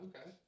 Okay